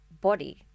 body